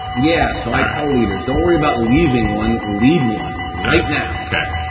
yeah. so, i tell leaders, don't worry about leaving one, lead one right now. okay.